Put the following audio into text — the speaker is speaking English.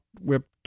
whipped